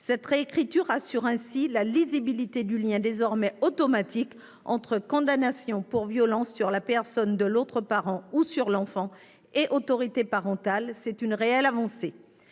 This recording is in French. Cette réécriture assure la lisibilité du lien, désormais automatique, entre condamnation pour violences sur la personne de l'autre parent ou sur l'enfant et autorité parentale. Il s'agit d'une réelle avancée.